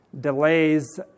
delays